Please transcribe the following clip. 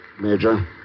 Major